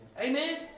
Amen